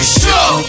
show